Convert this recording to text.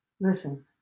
Listen